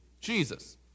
Jesus